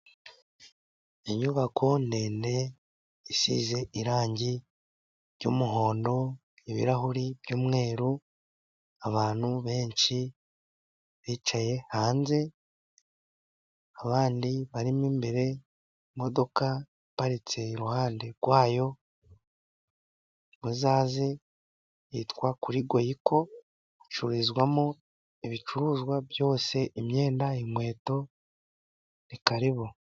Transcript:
Inyubako ndende isize irangi ry'umuhondo ibirahuri by'umweru, abantu benshi bicaye hanze, abandi barimo imbere, imodoka iparitse iruhande rwayo, bazaze hitwa kuri goyiko icururizwamo ibicuruzwa byose imyenda, inkweto ni karibu.